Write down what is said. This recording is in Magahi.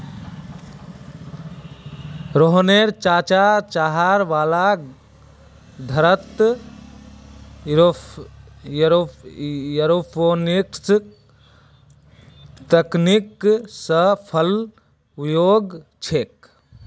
रोहनेर चाचा शहर वाला घरत एयरोपोनिक्स तकनीक स फल उगा छेक